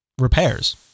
repairs